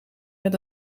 met